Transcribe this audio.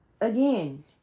Again